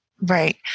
Right